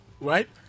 Right